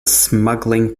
smuggling